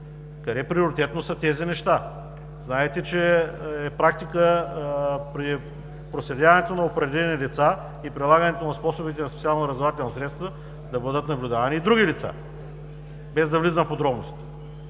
къде приоритетно са тези неща. Знаете, че е практика при проследяването на определени лица и прилагането на способите на специални разузнавателни средства да бъдат наблюдавани и други лица, без да влизам в подробности.